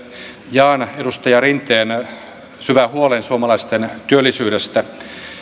jaan edus taja rinteen syvän huolen suomalaisten työllisyydestä